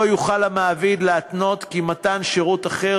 לא יוכל המעביד להתנות כי מתן שירות אחר